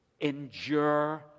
Endure